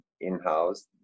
in-house